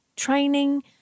Training